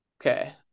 Okay